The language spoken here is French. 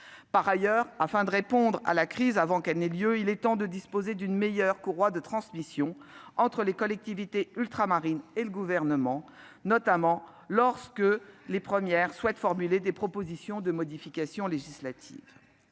Par ailleurs, afin de répondre à la crise avant qu'elle n'ait lieu, il est temps de disposer d'une meilleure courroie de transmission entre les collectivités ultramarines et le Gouvernement, notamment lorsque les premières souhaitent formuler des propositions de modifications législatives.